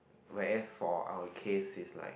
where for our case is like